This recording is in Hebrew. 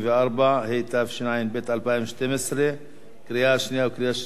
194), התשע"ב 2012, קריאה שנייה וקריאה שלישית,